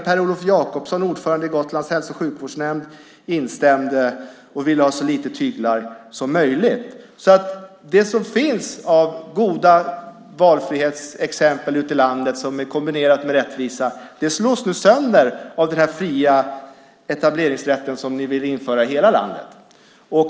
Per-Olof Jacobsson, ordförande i Gotlands hälso och sjukvårdsnämnd, instämde och ville ha så lite tyglar som möjligt. De goda valfrihetsexempel som finns ute i landet, och som är kombinerade med rättvisa, slås nu sönder av den fria etableringsrätt som den borgerliga regeringen vill införa i hela landet.